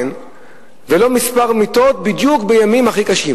ולא למספר מיטות בדיוק בימים הכי קשים.